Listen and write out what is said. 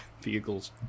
vehicles